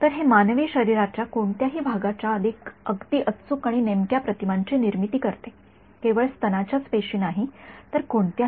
तर हे मानवी शरीराच्या कोणत्याही भागाच्या अगदी अचूक आणि नेमक्या प्रतिमांची निर्मिती करते केवळ स्तनाच्याच पेशी नाही तर कोणत्याही